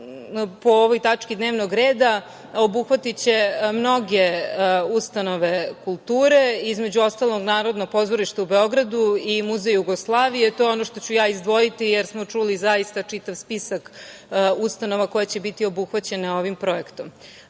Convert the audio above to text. po ovoj tački dnevnog reda, obuhvatiće mnoge ustanove kulture, između ostalog, Narodno pozorište u Beogradu i Muzej Jugoslavije. To je ono što ću ja izdvojiti, jer smo čuli čitav spisak ustanova koje će biti obuhvaćene ovim projektom. Pošto